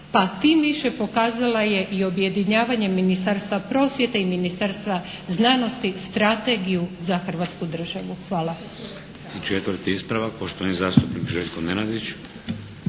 pa tim više pokazala je i objedinjavanjem Ministarstva prosvjete i Ministarstva znanosti strategiju za Hrvatsku državu. Hvala.